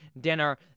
dinner